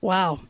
Wow